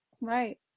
Right